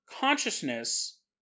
consciousness